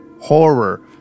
Horror